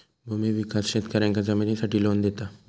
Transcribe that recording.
भूमि विकास शेतकऱ्यांका जमिनीसाठी लोन देता